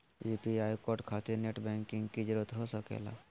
UPI code खातिर net banking की जरूरत हो सके ला?